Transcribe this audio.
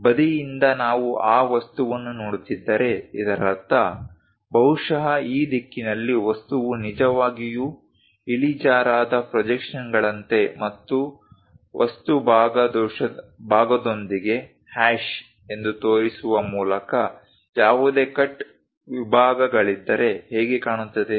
ಬದಿಯಿಂದ ನಾವು ಆ ವಸ್ತುವನ್ನು ನೋಡುತ್ತಿದ್ದರೆ ಇದರರ್ಥ ಬಹುಶಃ ಈ ದಿಕ್ಕಿನಲ್ಲಿ ವಸ್ತುವು ನಿಜವಾಗಿಯೂ ಇಳಿಜಾರಾದ ಪ್ರೊಜೆಕ್ಷನ್ಗಳಂತೆ ಮತ್ತು ವಸ್ತು ಭಾಗದೊಂದಿಗೆ ಹ್ಯಾಶ್ ಎಂದು ತೋರಿಸುವ ಮೂಲಕ ಯಾವುದೇ ಕಟ್ ವಿಭಾಗಗಳಿದ್ದರೆ ಹೇಗೆ ಕಾಣುತ್ತದೆ